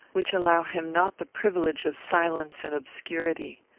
which allow him not the privilege of silence and obscurity.